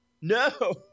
No